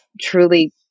truly